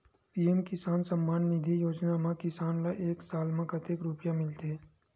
PM Kisan Samman Nidhi योजना म किसान ल एक साल म कतेक रुपिया मिलथे?